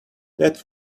that